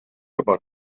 about